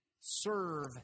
serve